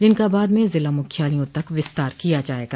जिनका बाद में जिला मुख्यालयों तक विस्तार किया जायेगा